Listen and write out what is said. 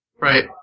Right